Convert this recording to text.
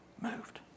moved